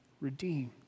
redeemed